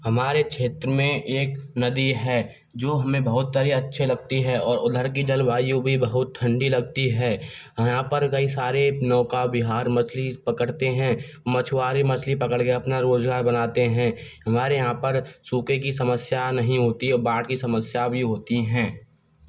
हमारे क्षेत्र में एक नदी है जो हमें बहुत ही अच्छी लगती हैं और उधर की जलवायु भी बहुत ठंडी लगती है यहाँ पर कई सारे नौका विहार मछली पकड़ते हैं मछुआरे मछली पकड़ कर अपना रोज़गार बनाते हैं हमारे यहाँ पर सूखे की समस्या नहीं होती है बाढ़ की समस्या भी होती हैं